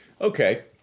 Okay